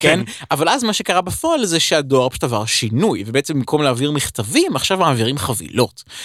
כן, אבל אז מה שקרה בפועל זה שהדואר פשוט עבר שינוי, ובעצם במקום להעביר מכתבים עכשיו מעבירים חבילות.